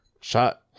shot